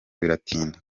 biratinda